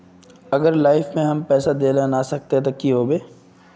अगर लाइफ में हैम पैसा दे ला ना सकबे तब की होते?